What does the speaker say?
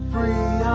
Free